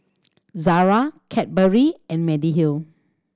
Zara Cadbury and Mediheal